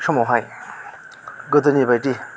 समावहाय गोदोनि बायदि